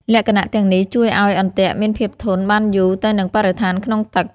លក្ខណៈទាំងនេះជួយឲ្យអន្ទាក់មានភាពធន់បានយូរទៅនឹងបរិស្ថានក្នុងទឹក។